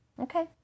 Okay